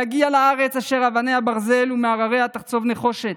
להגיע לארץ אשר אבניה ברזל ומהרריה תחצוב נחושת.